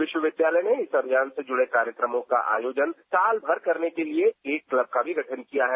विश्वविद्यालय ने इस अभियान से जुड़े कार्यक्रमों का आयोजन साल भर करने के लिए एक क्लब का भी गठन किया है